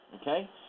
okay